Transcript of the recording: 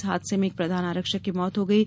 इस हादसे में एक प्रधान आरक्षक की मौत हो गयी